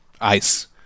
Ice